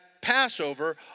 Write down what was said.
Passover